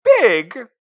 big